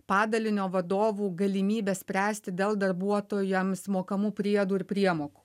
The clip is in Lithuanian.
padalinio vadovų galimybe spręsti dėl darbuotojams mokamų priedų ir priemokų